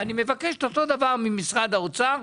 ואני מבקש את אותו דבר ממשרד האוצר,